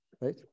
right